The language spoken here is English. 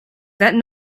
that